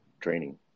training